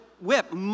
whip